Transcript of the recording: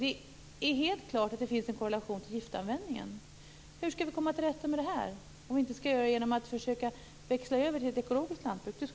Det är helt klart att det finns en korrelation till giftanvändningen. Hur skall vi komma till rätta med detta om vi inte växlar över till ett ekologiskt lantbruk?